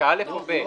לפסקה (א) או (ב)?